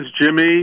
Jimmy